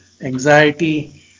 anxiety